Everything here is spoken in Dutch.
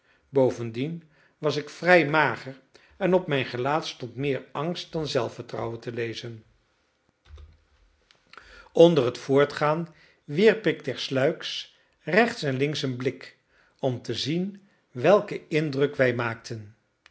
bovendien was ik vrij mager en op mijn gelaat stond meer angst dan zelfvertrouwen te lezen onder het voortgaan wierp ik tersluiks rechts en links een blik om te zien welken indruk wij maakten